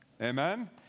Amen